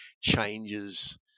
changes